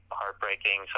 heartbreaking